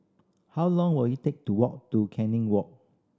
how long will it take to walk to Canning Walk